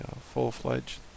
full-fledged